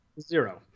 Zero